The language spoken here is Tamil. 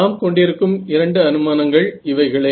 நாம் கொண்டிருக்கும் இரண்டு அனுமானங்கள் இவைகளே